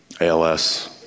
ALS